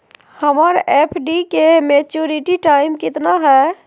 हमर एफ.डी के maturity time कितना है?